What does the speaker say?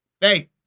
Hey